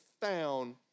found